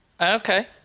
Okay